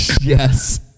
Yes